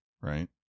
right